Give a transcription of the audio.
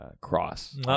cross